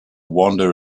wander